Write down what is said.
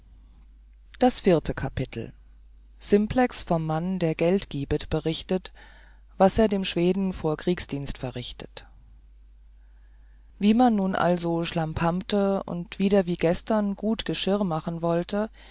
das vierte kapitel simplex vom mann der geld gibet berichtet was er dem schweden vor kriegsdienst verrichtet wie man nun also schlampamte und wieder wie gestern gut geschirr machen wollte